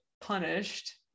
punished